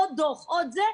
עוד דוח וכו'.